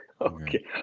Okay